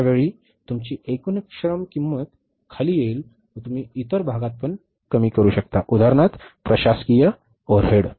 अशावेळी तुमची एकूण श्रम किंमत खाली येईल व तुम्ही इतर भागातपण कमी करू शकता उदाहरणार्थ प्रशासकीय ओव्हरहेड